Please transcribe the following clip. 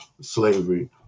slavery